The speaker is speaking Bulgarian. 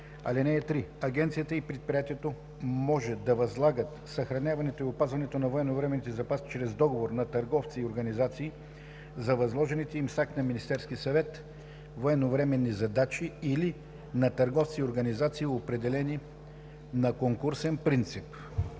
чл. 14. (3) Агенцията и предприятието може да възлагат съхраняването и опазването на военновременните запаси чрез договор на търговци и организации за възложените им с акт на Министерския съвет военновременни задачи, или на търговци и организации, определени на конкурсен принцип.“